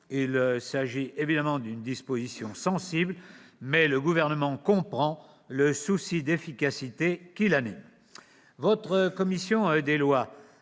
Il s'agit évidemment d'une disposition sensible, mais le Gouvernement comprend le souci d'efficacité qui l'anime.